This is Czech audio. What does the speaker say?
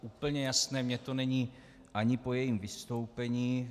Úplně jasné mi to není ani po jejím vystoupení.